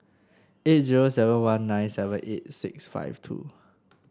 eight zero seven one nine seven eight six five two